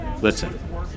Listen